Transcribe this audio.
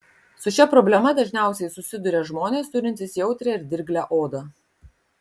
su šia problema dažniausiai susiduria žmonės turintys jautrią ir dirglią odą